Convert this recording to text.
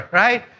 right